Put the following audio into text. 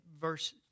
verse